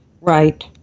Right